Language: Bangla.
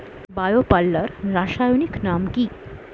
বায়ো পাল্লার রাসায়নিক নাম কি?